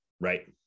right